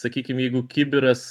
sakykim jeigu kibiras